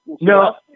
No